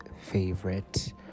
favorite